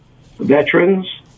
veterans